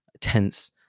tense